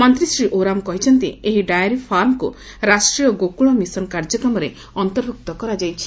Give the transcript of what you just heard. ମନ୍ତୀ ଶ୍ରୀ ଓରାମ କହିଛନ୍ତି ଏହି ଡାଏରୀ ଫାର୍ମକୁ ରାଷ୍ଟ୍ରୀୟ ଗୋକୁଳ ମିଶନ କାର୍ଯ୍ୟକ୍ରମରେ ଅନ୍ତର୍ଭୁକ୍ତ କରାଯାଇଛି